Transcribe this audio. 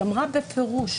אמרה בפירוש